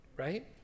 right